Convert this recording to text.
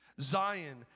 Zion